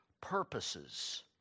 purposes